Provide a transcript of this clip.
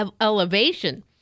elevation